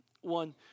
One